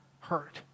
hurt